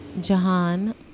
Jahan